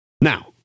Now